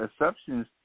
exceptions